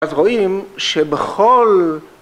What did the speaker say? אז רואים שבכל